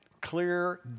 clear